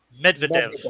Medvedev